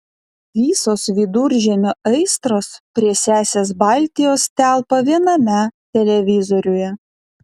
visos viduržemio aistros prie sesės baltijos telpa viename televizoriuje